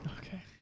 Okay